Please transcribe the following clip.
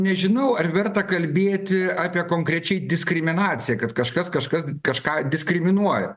nežinau ar verta kalbėti apie konkrečiai diskriminaciją kad kažkas kažkas kažką diskriminuoja